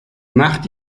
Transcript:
macht